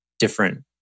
Different